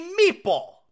meatball